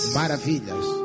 maravilhas